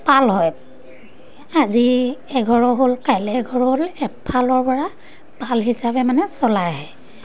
পাল হয় আজি এঘৰৰ হ'ল কাইলৈ এঘৰৰ হ'ল এফালৰ পৰা পাল হিচাপে মানে চলাই আহে